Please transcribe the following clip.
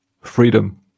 Freedom